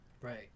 Right